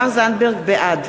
בעד